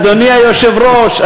אדוני היושב-ראש,